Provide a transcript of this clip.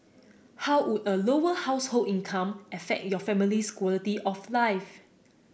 how would a Lower Household income affect your family's quality of life